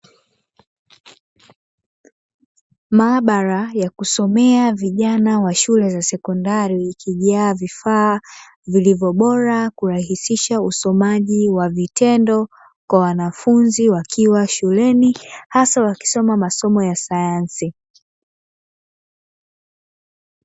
Maabara ya kusomea vijana wa shule za sekondari ikijaa vifaa vilivyo bora kurahisisha usomaji wa vitendo kwa wanafunzi wakiwa shuleni hasa wakisoma masomo ya sayansi.